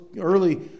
early